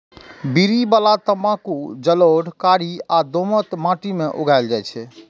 बीड़ी बला तंबाकू जलोढ़, कारी आ दोमट माटि मे उगायल जाइ छै